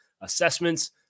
assessments